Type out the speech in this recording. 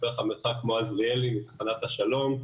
בערך המרחק בין עזריאלי לתחנת השלום.